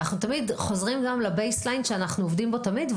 אנחנו תמיד חוזרים גם לבייסליין שאנחנו עובדים בו תמיד,